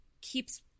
keeps